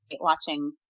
watching